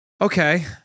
Okay